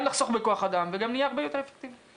גם נחסוך בכוח אדם וגם נהיה הרבה יותר אפקטיביים.